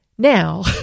Now